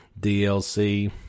DLC